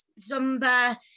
Zumba